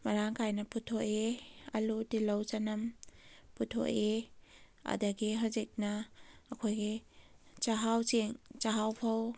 ꯃꯔꯥꯡ ꯀꯥꯏꯅ ꯄꯨꯊꯣꯛꯏ ꯑꯂꯨ ꯇꯤꯜꯍꯧ ꯆꯅꯝ ꯄꯨꯊꯣꯛꯏ ꯑꯗꯒꯤ ꯍꯧꯖꯤꯛꯅ ꯑꯩꯈꯣꯏꯒꯤ ꯆꯥꯛꯍꯥꯎ ꯆꯦꯡ ꯆꯥꯛꯍꯥꯎ ꯐꯧ